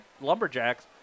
Lumberjacks